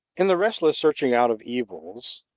in the restless searching out of evils,